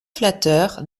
flatteur